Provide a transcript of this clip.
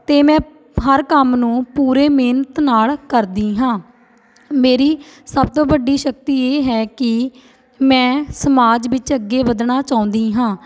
ਅਤੇ ਮੈਂ ਹਰ ਕੰਮ ਨੂੰ ਪੂਰੇ ਮਿਹਨਤ ਨਾਲ ਕਰਦੀ ਹਾਂ ਮੇਰੀ ਸਭ ਤੋਂ ਵੱਡੀ ਸ਼ਕਤੀ ਇਹ ਹੈ ਕਿ ਮੈਂ ਸਮਾਜ ਵਿੱਚ ਅੱਗੇ ਵੱਧਣਾ ਚਾਹੁੰਦੀ ਹਾਂ